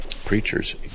Preachers